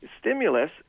stimulus